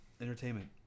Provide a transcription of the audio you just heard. Entertainment